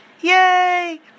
Yay